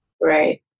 Right